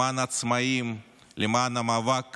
למען העצמאים, למען המאבק